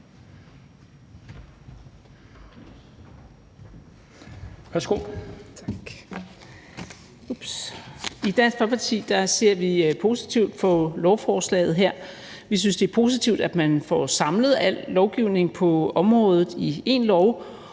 I Dansk Folkeparti ser vi positivt på lovforslaget her. Vi synes, det er positivt, at man får samlet al lovgivning på området i én lov,